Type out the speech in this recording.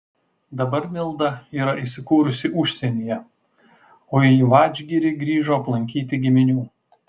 dabar milda yra įsikūrusi užsienyje o į vadžgirį grįžo aplankyti giminių